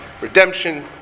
redemption